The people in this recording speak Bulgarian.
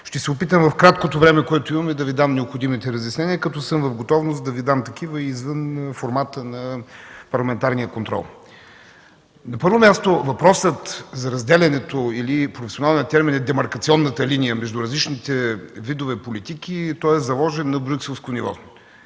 Ще се опитам в краткото време, което имаме, да Ви дам необходимите разяснения, като съм в готовност да Ви дам такива и извън формата на парламентарния контрол. На първо място, въпросът за разделянето, професионалния термин е „демаркационната линия”, между различните видове политики е заложен на Брюкселско ниво.